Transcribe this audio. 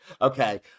okay